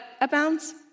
abounds